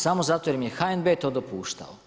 Samo zato jer im je HNB to dopuštao.